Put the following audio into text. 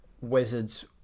wizards